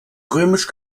römisch